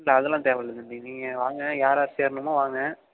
அதெல்லாம் தேவைல்ல தம்பி நீங்கள் வாங்க யாரார் சேரணுமோ வாங்க